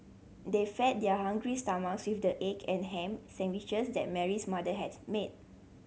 they fed their hungry stomachs with the egg and ham sandwiches that Mary's mother had made